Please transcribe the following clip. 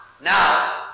now